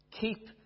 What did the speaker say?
Keep